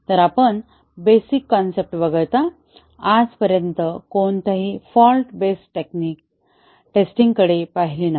तर आपण basic concept वगळता आजपर्यंत कोणत्याही फॉल्ट बेस्ड टेस्टिंग टेक्निक कडे पाहिले नाही